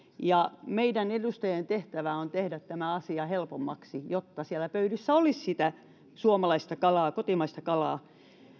ja meidän edustajien tehtävä on tehdä tämä asia helpommaksi jotta siellä pöydissä olisi sitä suomalaista kalaa kotimaista kalaa